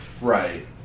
Right